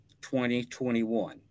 2021